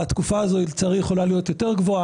בתקופה הזאת היא אולי הייתה צריכה להיות יותר גבוהה.